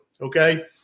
Okay